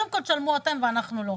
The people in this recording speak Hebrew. קודם כל תשלמו אתם ואנחנו לא.